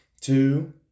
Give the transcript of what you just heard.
two